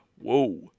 Whoa